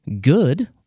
good